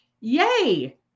yay